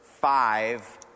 five